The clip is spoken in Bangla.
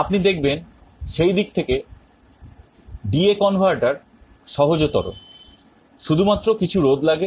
আপনি দেখবেন সেই দিক থেকে DA converter সহজতর শুধুমাত্র কিছু রোধ লাগে